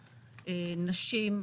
נשים,